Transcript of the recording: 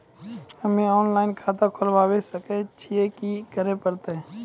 हम्मे ऑफलाइन खाता खोलबावे सकय छियै, की करे परतै?